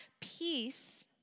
peace